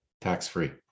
tax-free